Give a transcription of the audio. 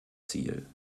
ziel